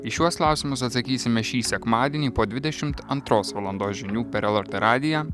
į šiuos klausimus atsakysime šį sekmadienį po dvidešimt antros valandos žinių per lrt radiją